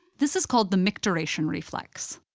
this is called the micturition reflex.